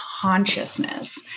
consciousness